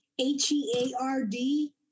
H-E-A-R-D